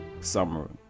summer